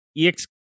ex